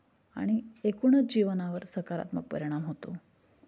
आणि एकूणच जीवनावर सकारात्मक परिणाम होतो